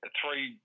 three